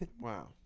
wow